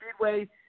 Speedway